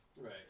Right